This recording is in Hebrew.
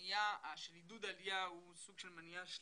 המניע של העלייה הוא סוג של מניע שלילי,